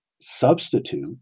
substitute